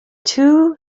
two